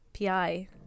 pi